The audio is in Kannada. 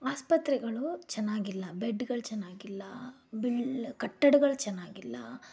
ಆಸ್ಪತ್ರೆಗಳು ಚೆನ್ನಾಗಿಲ್ಲ ಬೆಡ್ಗಳು ಚೆನ್ನಾಗಿಲ್ಲ ಬಿಳ್ ಕಟ್ಟಡಗಳು ಚೆನ್ನಾಗಿಲ್ಲ